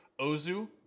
Ozu